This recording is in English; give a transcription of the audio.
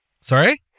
Sorry